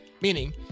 Meaning